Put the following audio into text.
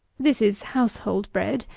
this is household bread,